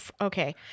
okay